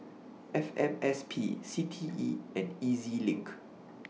F M S P C T E and E Z LINK